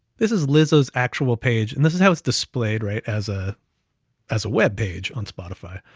this is lizzo's actual page, and this is how it's displayed, right? as ah as a web page on spotify.